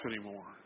anymore